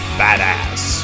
badass